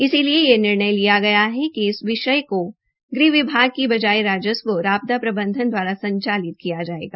इसलिए यह निर्णय लिया गया है कि इस विषय को गृह विभाग की बजाय राजस्व और आपदा प्रबंधन दवारा संचालित किया जायेगा